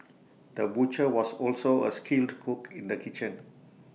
the butcher was also A skilled cook in the kitchen